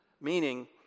meaning